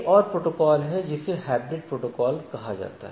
एक और प्रोटोकॉल है जिसे हाइब्रिड प्रोटोकॉल कहा जाता है